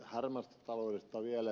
harmaasta taloudesta vielä